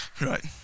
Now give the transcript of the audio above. Right